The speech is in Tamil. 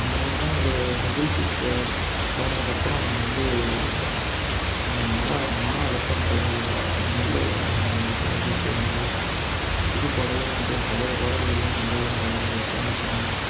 அந்த மாதிரி தான் அந்த நிகழ்ச்சிக்கி போ போனதுக்கு அப்புறம் நான் வந்து என்னோடய மலா மனஅழுத்தம் குறஞ்சிது அது நல்ல இசை நிகழ்ச்சியா இருந்தது புது பாடல்கள் மற்றும் பழைய பாடல்களெலாம் வந்து அங்கே இசை அமைச்சாங்க